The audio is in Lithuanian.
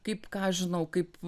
kaip ką aš žinau kaip